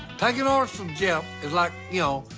taking orders from jep, is like, you know,